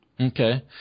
Okay